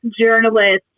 journalist